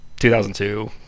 2002